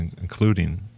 including